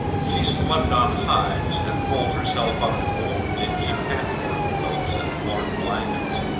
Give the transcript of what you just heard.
she slept on hides and rolled herself up in old dingy patchwork quilts and worn blankets.